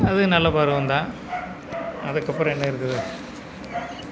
அது நல்ல பருவம் தான் அதுக்கப்புறம் என்ன இருக்குது